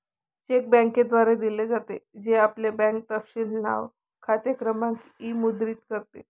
check बँकेद्वारे दिले जाते, जे आपले बँक तपशील नाव, खाते क्रमांक इ मुद्रित करते